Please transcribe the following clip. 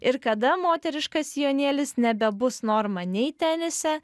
ir kada moteriškas sijonėlis nebebus norma nei tenise